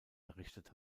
errichtet